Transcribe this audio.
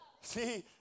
See